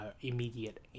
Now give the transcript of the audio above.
immediate